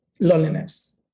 loneliness